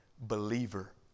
believer